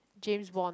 james bond